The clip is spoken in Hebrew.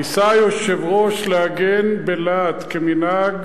ניסה היושב-ראש להגן כמנהג בלהט כמנהג